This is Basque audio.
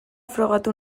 frogatu